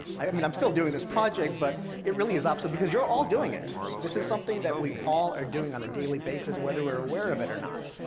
i mean i'm still doing this project, but it is obsolete, because you're all doing it. this is something that we all are doing on a daily basis, whether we're aware of it or not.